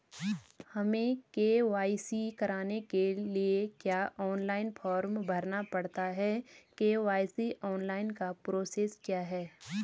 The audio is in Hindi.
हमें के.वाई.सी कराने के लिए क्या ऑनलाइन फॉर्म भरना पड़ता है के.वाई.सी ऑनलाइन का प्रोसेस क्या है?